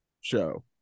show